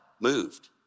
moved